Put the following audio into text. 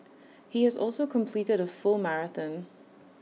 he has also completed A full marathon